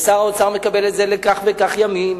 ושר האוצר מקבל את זה לכך וכך ימים,